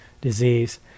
disease